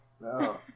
No